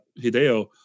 Hideo